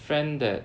friend that